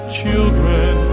children